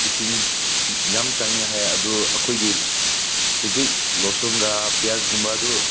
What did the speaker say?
ꯏꯁꯤꯡ ꯌꯥꯝ ꯆꯪꯉꯦ ꯍꯥꯏ ꯑꯗꯣ ꯑꯩꯈꯣꯏꯒꯤ ꯍꯧꯖꯤꯛ ꯂꯣꯁꯨꯝꯒ ꯄꯤꯌꯥꯁꯒꯨꯝꯕꯗꯨ